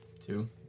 Two